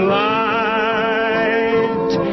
light